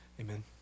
amen